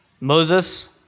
Moses